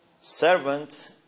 servant